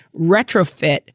retrofit